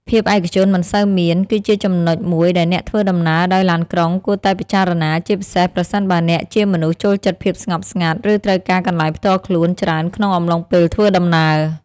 ភាពឯកជនមិនសូវមាន គឺជាចំណុចមួយដែលអ្នកធ្វើដំណើរដោយឡានក្រុងគួរតែពិចារណា ជាពិសេសប្រសិនបើអ្នកជាមនុស្សចូលចិត្តភាពស្ងប់ស្ងាត់ ឬត្រូវការកន្លែងផ្ទាល់ខ្លួនច្រើនក្នុងអំឡុងពេលធ្វើដំណើរ។